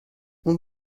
اون